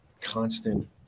constant